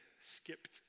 skipped